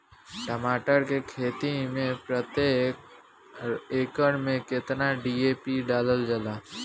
टमाटर के खेती मे प्रतेक एकड़ में केतना डी.ए.पी डालल जाला?